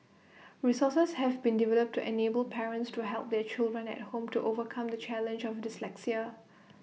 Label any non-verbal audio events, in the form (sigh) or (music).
resources have been developed to enable parents to help their children at home to overcome the challenge of dyslexia (noise)